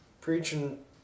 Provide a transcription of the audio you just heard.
preaching